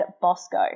Bosco